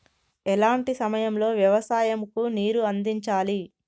ఎలాంటి సమయం లో వ్యవసాయము కు నీరు అందించాలి?